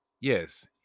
yes